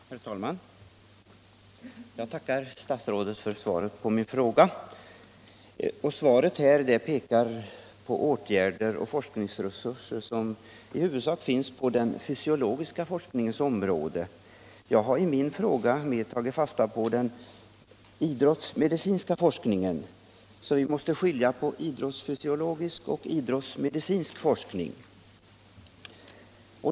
Herr talman! Jag tackar statsrådet för svaret på min fråga. Svaret berör i huvudsak åtgärder och forskningsresurser på den fysiologiska forskningens område. Jag har i min fråga tagit fasta på den idrottsmedicinska forskningen, och man måste skilja mellan idrowusfysiologisk och idrottsmedicinsk forskning.